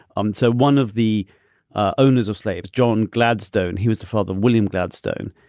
um so one of the ah owners of slaves, john gladstone, he was the father of william gladstone.